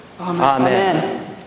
Amen